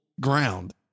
ground